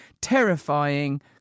terrifying